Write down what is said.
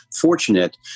fortunate